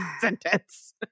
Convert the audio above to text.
sentence